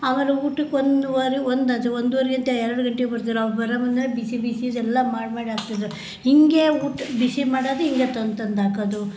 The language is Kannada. ಆಮೇಲೆ ಊಟಕ್ಕೆ ಒಂದೂವರೆ ಒಂದು ಆತು ಒಂದೂವರೆಯಿಂದ ಎರಡು ಗಂಟೆಗ್ ಬರ್ದಿರೆ ಅವ್ರು ಬರೋ ಮುಂದೆ ಬಿಸಿ ಬಿಸಿಯದೆಲ್ಲ ಮಾಡಿ ಮಾಡಿ ಹಾಕ್ತಿದ್ದರು ಹಿಂಗೆ ಊಟ ಬಿಸಿ ಮಾಡೋದು ಹಿಂಗೇ ತಂದು ತಂದು ಹಾಕೋದು